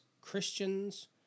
Christians